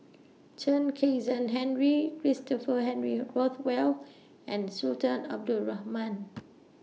Chen Kezhan Henri Christopher Henry Rothwell and Sultan Abdul Rahman